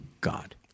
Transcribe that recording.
God